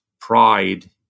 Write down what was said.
pride